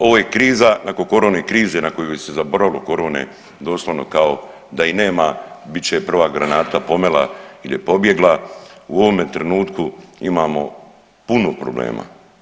Ovo je kriza nakon corona krize na koju se zaboravilo corone doslovno kao da i nema bit će prva granata pomela ili je pobjegla u ovome trenutku imamo puno problema.